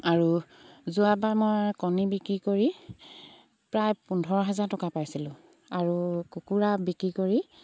আৰু যোৱাবাৰ মই কণী বিক্ৰী কৰি প্ৰায় পোন্ধৰ হাজাৰ টকা পাইছিলোঁ আৰু কুকুৰা বিক্ৰী কৰি